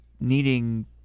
needing